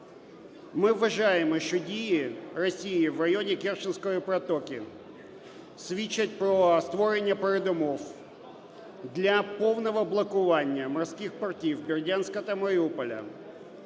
Ми вважаємо, що дії Росії в районі Керченської протоки свідчать про створення передумов для повного блокування морських портів Бердянська та Маріуполя,